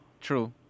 True